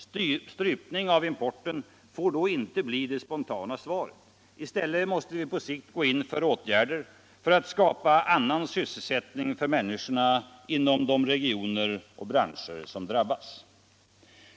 Strypning av importen får då inte bli det spontana svaret. I stället måste vi på sikt gå in för åtgärder för att skapa annan sysselsättning för människorna inom de regioner och branscher som drabbas.